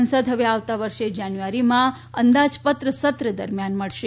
સંસદ હવે આવતા વર્ષે જાન્યુઆરીમાં અંદાજપત્ર સત્ર દરમિયાન મળશે